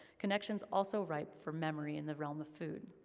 connections also ripe for memory in the realm of food.